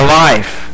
life